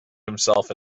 himself